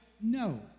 no